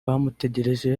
bamutegereje